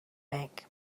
bank